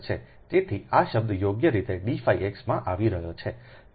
તેથી આ શબ્દ યોગ્ય રીતે d x માં આવી રહ્યો છે